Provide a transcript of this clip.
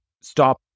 stop